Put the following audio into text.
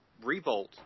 revolt